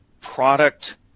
product